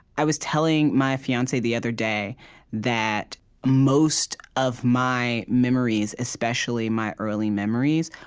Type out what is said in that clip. i was telling my fiance the other day that most of my memories, especially my early memories,